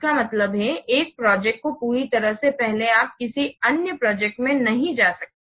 इसका मतलब है एक प्रोजेक्ट को पूरा करने से पहले आप किसी अन्य प्रोजेक्ट में नहीं जा सकते